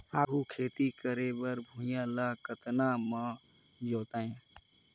आघु खेती करे बर भुइयां ल कतना म जोतेयं?